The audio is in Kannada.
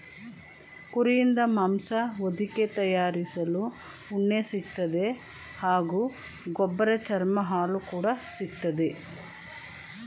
ಕುರಿಯಿಂದ ಮಾಂಸ ಹೊದಿಕೆ ತಯಾರಿಸಲು ಉಣ್ಣೆ ಸಿಗ್ತದೆ ಹಾಗೂ ಗೊಬ್ಬರ ಚರ್ಮ ಹಾಲು ಕೂಡ ಸಿಕ್ತದೆ